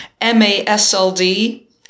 MASLD